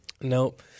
Nope